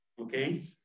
Okay